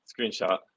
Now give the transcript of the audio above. screenshot